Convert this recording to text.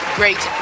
great